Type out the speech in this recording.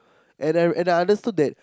and I and I understood that